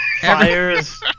Fires